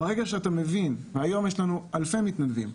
היום יש לנו אלפי מתנדבים,